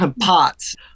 POTS